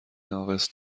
ناقص